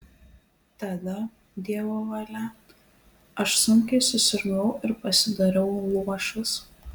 tada dievo valia aš sunkiai susirgau ir pasidariau luošas